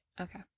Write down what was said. Okay